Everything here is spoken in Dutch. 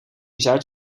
zuid